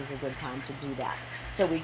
is a good time to do that so we